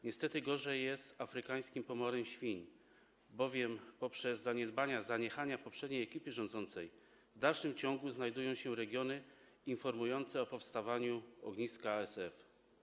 Niestety gorzej jest z afrykańskim pomorem świń, bowiem poprzez zaniedbania, zaniechania poprzedniej ekipy rządzącej w dalszym ciągu są regiony informujące o powstawaniu ognisk ASF.